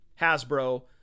Hasbro